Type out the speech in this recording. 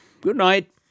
Good-night